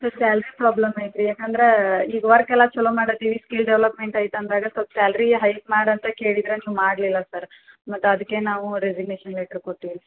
sir salary problem ಐತೆ ರೀ ಯಾಕಂದ್ರಾ ಈಗ ವರ್ಕ್ ಎಲ್ಲ ಚಲೋ ಮಾಡತೀವಿ ಸ್ಕಿಲ್ ಡೆವೆಲಪ್ಮೆಂಟ್ ಐತಿ ಅಂದಾಗ ಸೊಲ್ಪ ಸ್ಯಾಲ್ರೀ ಹೈಕ್ ಮಾಡಿ ಅಂತ ಕೇಳಿದ್ರ ನೀವು ಮಾಡ್ಲಿಲ್ಲ ಸರ್ ಮತ್ತೆ ಅದಕ್ಕೆ ನಾವು ರೆಸಿಗ್ನೇಷನ್ ಲೆಟ್ರ್ ಕೊಟ್ಟಿವಿ ರೀ